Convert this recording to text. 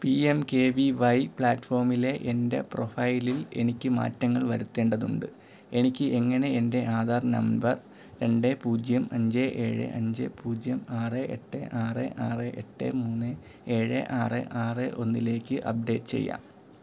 P M K V Y പ്ലാറ്റ്ഫോമിലെ എൻ്റെ പ്രൊഫൈലിൽ എനിക്ക് മാറ്റങ്ങൾ വരുത്തേണ്ടതുണ്ട് എനിക്ക് എങ്ങനെ എൻ്റെ ആധാർ നമ്പർ രണ്ട് പൂജ്യം അഞ്ച് ഏഴ് അഞ്ച് പൂജ്യം ആറ് എട്ട് ആറ് ആറ് എട്ട് മൂന്ന് ഏഴ് ആറ് ആറ് ഒന്നിലേക്ക് അപ്ഡേറ്റ് ചെയ്യാം